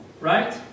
right